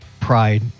pride